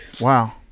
Wow